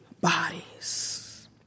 bodies